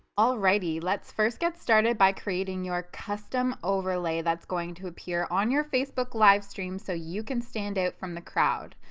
alrighty, let's first get started by creating your custom overlay that's going to appear on your facebook livestream so you can stand out from the crowd.